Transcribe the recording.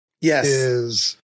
Yes